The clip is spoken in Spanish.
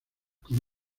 con